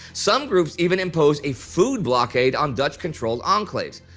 some groups even impose a food blockade on dutch controlled enclaves.